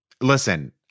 listen